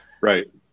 Right